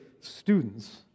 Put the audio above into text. students